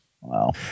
Wow